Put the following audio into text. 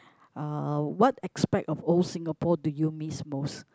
uh what aspect of old Singapore do you miss most